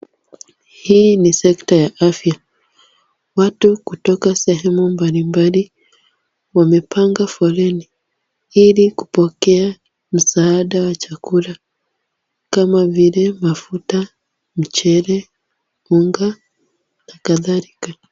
Hii ni sekta ya afya. Watu kutoka sehemu mbalimbali, wamepanga foleni ili kupokea msaada wa chakula kama vile mafuta, mchele, mboga na kadhalika.